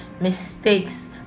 mistakes